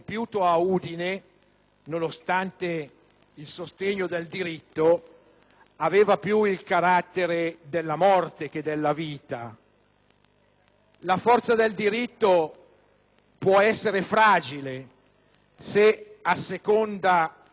nonostante il sostegno del diritto, aveva più il carattere della morte che della vita. La forza del diritto può essere fragile se asseconda un disegno